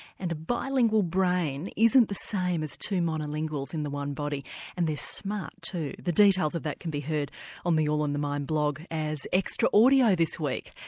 and a bilingual brain isn't the same as two monolinguals in the one body and they're smart too. the details of that can be heard on the all in the mind blog as extra audio this week.